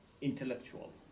intellectual